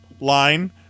line